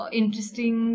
interesting